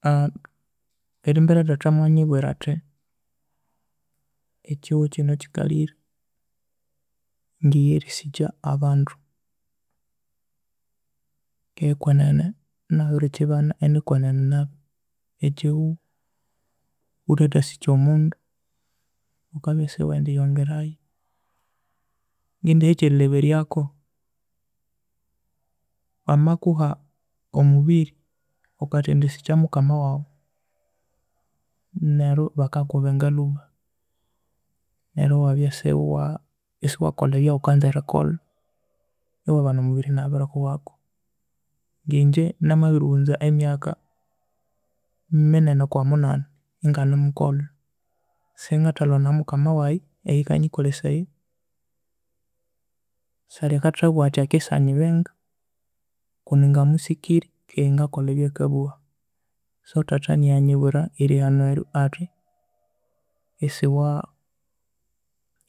Erimbere thatha mwanyibwira athi nghe erisikya abandu, keghe nbirikibana inikwenene nabi ekihugho ghuthethasikya omundu ghukabya esiwendiyongerayo, ngindiha ekyerilheberyako bamakuha omubiri ghukathendisikya mukama waghu neryu bakakubinga lhuba neryo ewabya isawa esawekolha ebyaghukanza erikolha nginye namabirighunza emyaka minene okwa munanai enganemukolha singathalhwa na mukama waghe eyikanyikolhesaya salhi akathabugha athi akisanyibinga kundi ngamusikirye keghe ngakolha ebyakabugha so thatha niyo anyibwira erihanu eryo athi esiwa